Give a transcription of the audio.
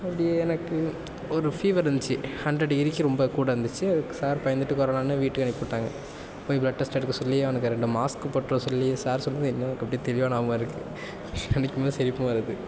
அப்படி எனக்கு ஒரு ஃபீவர் இருந்துச்சு ஹண்ட்ரட் டிகிரிக்கு ரொம்ப கூட இருந்துச்சு சார் பயந்துட்டு கொரோனான்னு வீட்டுக்கு அனுப்பி விட்டாங்க போய் பிளட் டெஸ்ட் எடுக்க சொல்லி அவனுக்கு ரெண்டு மாஸ்க்கு போட்டுவர சொல்லி சார் சொன்னது இன்னும் எனக்கு அப்படியே தெளிவாக நியாபகம் இருக்குது நினைக்கும் போது சிரிப்பும் வருது